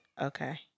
okay